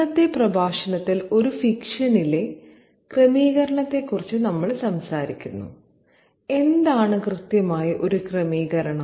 ഇന്നത്തെ പ്രഭാഷണത്തിൽ ഒരു ഫിക്ഷനിലെ ക്രമീകരണത്തെക്കുറിച്ച് നമ്മൾ സംസാരിക്കും എന്താണ് കൃത്യമായി ഒരു ക്രമീകരണം